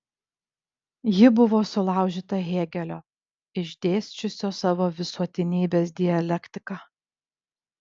ji buvo sulaužyta hėgelio išdėsčiusio savo visuotinybės dialektiką